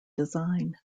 design